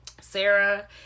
sarah